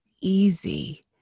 easy